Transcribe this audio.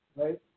right